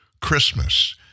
Christmas